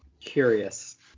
Curious